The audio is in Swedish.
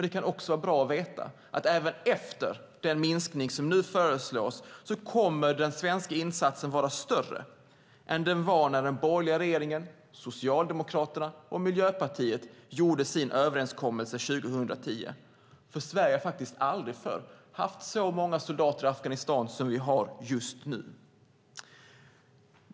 Det kan dock vara bra att veta att även med den här minskningen kommer den svenska insatsen att vara större än den var när den borgerliga regeringen, Socialdemokraterna och Miljöpartiet gjorde sin överenskommelse hösten 2010. Sverige har faktiskt aldrig förr haft så många soldater i Afghanistan som vi har just nu.